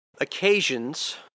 occasions